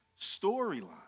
storyline